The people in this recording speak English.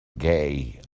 gay